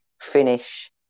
finish